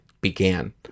began